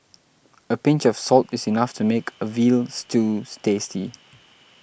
a pinch of salt is enough to make a Veal Stews tasty